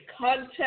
content